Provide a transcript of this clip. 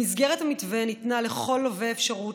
במסגרת המתווה ניתנה לכל לווה אפשרות